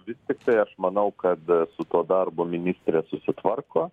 vis tiktai aš manau kad su tuo darbu ministrė susitvarko